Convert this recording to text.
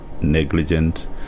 negligent